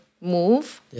move